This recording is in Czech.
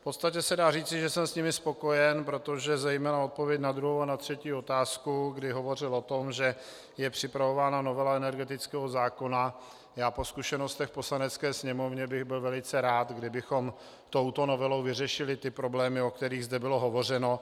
V podstatě se dá říct, že jsem s nimi spokojen, protože zejména odpověď na druhou a třetí otázku, kdy hovořil o tom, že je připravována novela energetického zákona, já po zkušenostech v Poslanecké sněmovně bych byl velice rád, kdybychom touto novelou vyřešili ty problémy, o kterých zde bylo hovořeno.